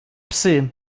psy